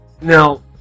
Now